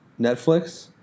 Netflix